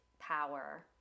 power